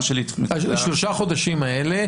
שלושה החודשים האלה,